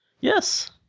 Yes